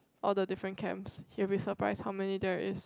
all the different chems you'll be surprise how many there is